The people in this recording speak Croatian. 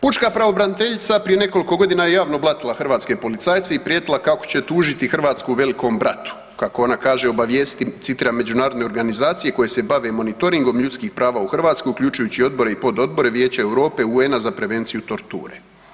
Pučka pravobraniteljica prije nekoliko godina je javno blatila hrvatske policajce i prijetila kako će tužiti Hrvatsku Velikom bratu, kako ona kaže obavijestiti, citiram: „Međunarodne organizacije koje se bave monitoringom ljudskih prava u Hrvatskoj, uključujući Odbore i Pododbore, Vijeće Europe UN-a za prevenciju torture“